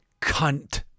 cunt